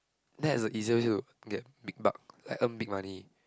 that's a easier to get big bug like earn big money